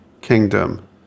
kingdom